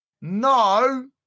no